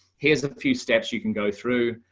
here's a few steps you can go through.